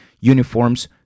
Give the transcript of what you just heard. uniforms